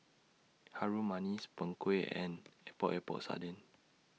Harum Manis Png Kueh and Epok Epok Sardin